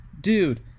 dude